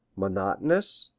monotonous?